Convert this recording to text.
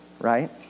right